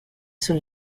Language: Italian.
sul